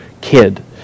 kid